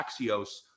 Axios